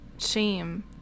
Shame